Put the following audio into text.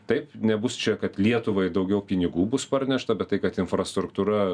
taip nebus čia kad lietuvai daugiau pinigų bus parnešta bet tai kad infrastruktūra